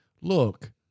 Look